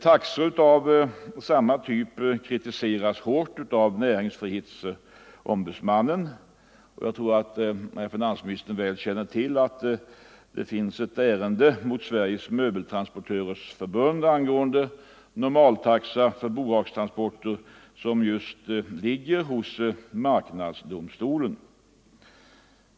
Taxor av sam Nr 128 ma typ kritiseras hårt av näringsfrihetsombudsmannen, och jag tror att Tisdagen den finansministern känner väl till att det finns ett ärende som rör Sveriges 26 november 1974 Möbeltransportörers förbunds sätt att tillämpa normaltaxa för bohags-= = transporter, vilket just ligger hos marknadsdomstolen.